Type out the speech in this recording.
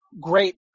great